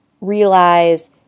realize